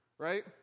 Right